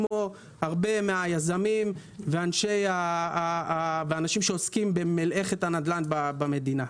כמו הרבה מהיזמים והאנשים שעוסקים במלאכת הנדל"ן במדינה.